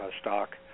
stock